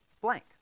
blank